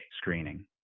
screening